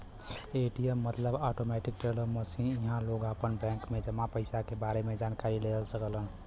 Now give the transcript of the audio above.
ATM मतलब automatic teller machine इहां लोग आपन बैंक में जमा पइसा क बारे में जानकारी ले सकलन